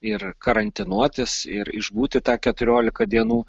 ir karantinuotis ir išbūti tą keturiolika dienų